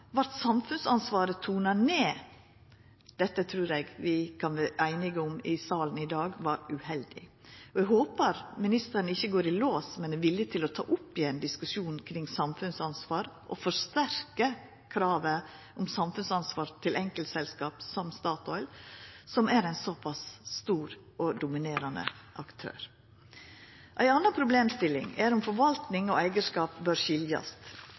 vart samfunnsansvaret tona ned. Det trur eg vi i salen i dag kan vera einige om var uheldig. Eg håpar ministeren ikkje går i lås, men er villig til å ta opp igjen diskusjonen kring samfunnsansvar og forsterkar kravet om samfunnsansvar til enkeltselskap som Statoil, som er ein såpass stor og dominerande aktør. Ei anna problemstilling er om forvaltning og eigarskap bør skiljast